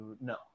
no